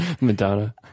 madonna